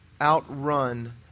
outrun